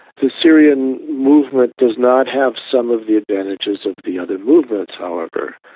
the syrian movement does not have some of the advantages of the other movements, however.